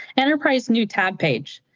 enterprise new tab page.